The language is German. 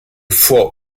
vor